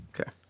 Okay